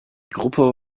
gruppe